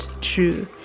true